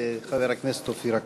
חבר הכנסת אופיר אקוניס.